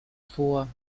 vor